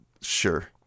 sure